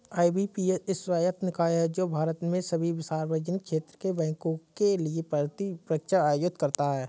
IBPS स्वायत्त निकाय है जो भारत में सभी सार्वजनिक क्षेत्र के बैंकों के लिए भर्ती परीक्षा आयोजित करता है